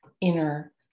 inner